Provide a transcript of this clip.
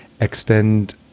Extend